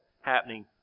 happening